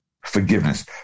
forgiveness